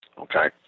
okay